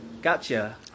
Gotcha